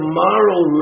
moral